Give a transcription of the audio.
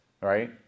right